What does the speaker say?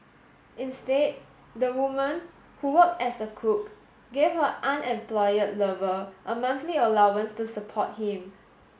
instead the woman who worked as a cook gave her unemployed lover a monthly allowance to support him